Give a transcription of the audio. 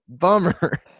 Bummer